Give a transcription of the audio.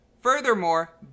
Furthermore